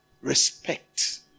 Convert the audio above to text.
respect